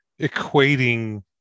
equating